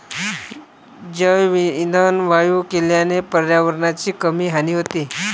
जैवइंधन वायू केल्याने पर्यावरणाची कमी हानी होते